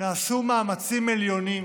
נעשו מאמצים עליונים